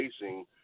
facing